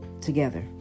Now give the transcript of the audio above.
together